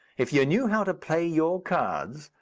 if you knew how to play your cards,